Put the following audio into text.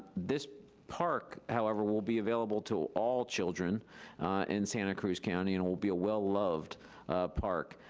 this park however, will be available to all children in santa cruz county and will be a well-loved park.